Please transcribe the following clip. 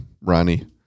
Ronnie